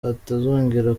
utazongera